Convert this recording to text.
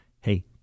hey